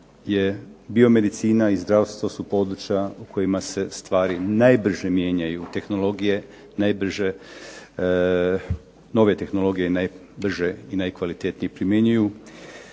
biomedicina i zdravstvo su područja u kojima se stvari najbrže mijenjaju, tehnologije najbrže i najkvalitetnije primjenjuju.